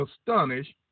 astonished